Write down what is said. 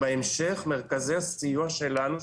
בהמשך מרכזי הסיוע שלנו,